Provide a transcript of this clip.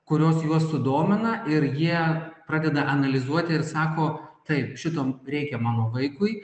kurios juos sudomina ir jie pradeda analizuoti ir sako taip šito reikia mano vaikui